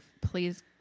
Please